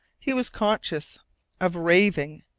he was conscious of raving,